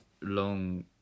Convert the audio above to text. long